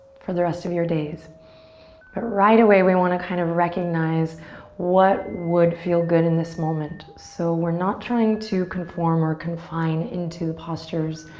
for the rest of your days. but right away we wanna kind of recognize what would feel good in this moment. so we're not trying to conform or confine into the postures.